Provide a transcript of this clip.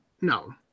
No